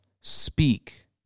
speak